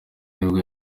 nibwo